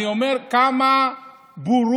אני אומר, כמה בורות,